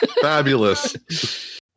Fabulous